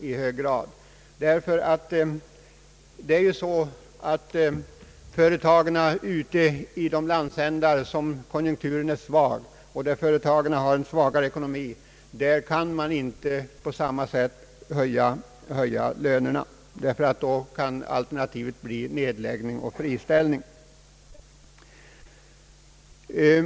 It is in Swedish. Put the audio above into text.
I de landsändar där konjunkturen är svag och företagen har en svagare ekonomi kan man inte på samma sätt höja lönerna. Alternativet kan då bli nedläggning och friställning.